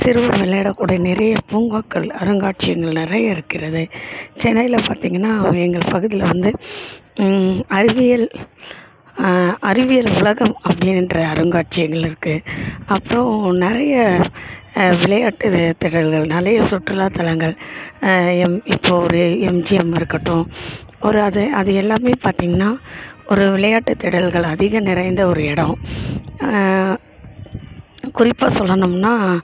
சிறுவர் விளையாடக்கூடிய நிறைய பூங்காக்கள் அருங்காட்சியங்கள் நிறைய இருக்கிறது சென்னையில் பார்த்திங்கனா எங்கள் பகுதியில் வந்து அறிவியல் அறிவியல் உலகம் அப்படின்ற அருங்காட்சியங்கள் இருக்கு அப்புறம் நிறைய விளையாட்டுத்திடல்கள் நிறைய சுற்றுலாத்தலங்கள் இப்போ ஒரு எம்ஜிஎம் இருக்கட்டும் ஒரு அது அது எல்லாமே பார்த்திங்கனா ஒரு விளையாட்டுத்திடல்கள் அதிகம் நிறைந்த ஒரு இடம் குறிப்பாக சொல்லணும்னா